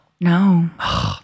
No